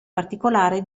particolare